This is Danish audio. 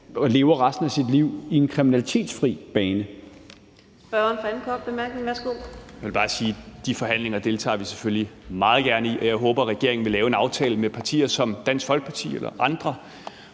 lever resten af sit liv i en kriminalitetsfri bane.